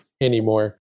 anymore